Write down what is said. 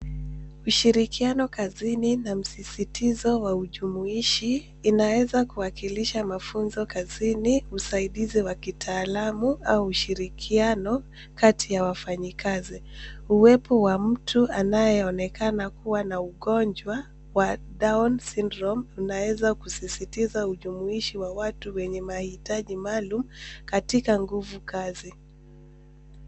Ushirikiano kazini na msisitizo wa ujumuishi inaweza kuwakilisha mafunzo kazini, usaidizi wa kitaalamu au ushirikiano kati ya wafanyi kazi. Uwepo wa mtu anayeonekana kuwa na ugonjwa wa down syndrome unaeza kusisitiza ujumuishi wa watu wenye mahitaji maalum katika nguvu kazi .